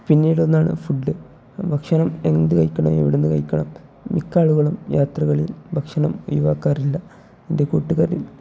പിന്നീടൊന്നാണ് food ഭക്ഷണം എന്തു കഴിക്കണം എവിടുന്ന് കഴിക്കണം മിക്ക ആളുകളും യാത്രകളിൽ ഭക്ഷണം ഒഴിവാക്കാറില്ല എൻ്റെ കൂട്ടുകാരിൽ